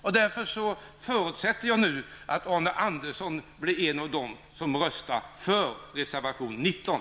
Jag föresätter därför att Arne Andersson blir en av dem som röstar för reservation nr 19.